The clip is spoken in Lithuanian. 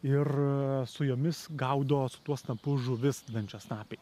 ir su jomis gaudo su tuo snapu žuvis dančiasnapiai